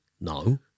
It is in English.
No